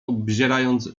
obzierając